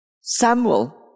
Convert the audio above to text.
Samuel